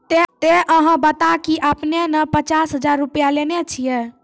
ते अहाँ बता की आपने ने पचास हजार रु लिए छिए?